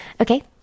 okay